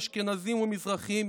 אשכנזים ומזרחים,